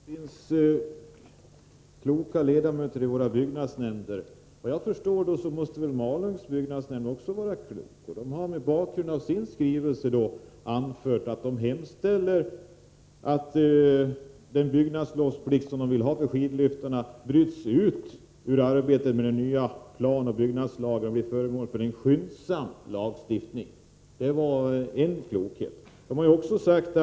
Herr talman! Det finns kloka ledamöter i våra byggnadsnämnder, sade Magnus Persson. Efter vad jag förstår måste då också ledamöterna i Malungs byggnadsnämnd vara kloka. De har i sin skrivelse hemställt att den byggnadslovsplikt för skidliftar som de vill ha skall brytas ut ur arbetet med den nya planoch byggnadslagen och bli föremål för en skyndsam lagstiftning. — Det var ett exempel på deras klokhet.